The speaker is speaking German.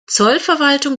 zollverwaltung